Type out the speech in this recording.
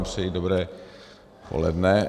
Přeji vám dobré poledne.